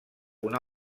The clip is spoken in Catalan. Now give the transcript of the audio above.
una